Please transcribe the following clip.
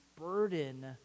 burden